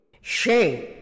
shame